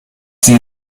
sie